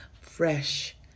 fresh